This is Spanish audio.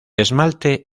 esmalte